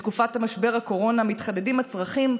בתקופת משבר הקורונה מתחדדים הצרכים,